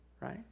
right